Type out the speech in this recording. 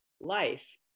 life